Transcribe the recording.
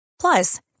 plus